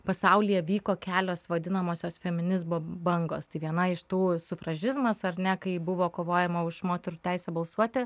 pasaulyje vyko kelios vadinamosios feminizmo bangos tai viena iš tų sufražizmas ar ne kai buvo kovojama už moterų teisę balsuoti